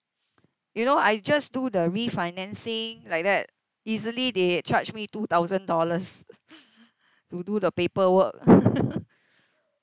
you know I just do the refinancing like that easily they charged me two thousand dollars to do the paperwork